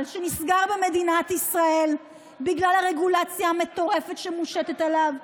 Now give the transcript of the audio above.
שנסגרים במדינת ישראל בגלל הרגולציה המטורפת שמושתת עליהם,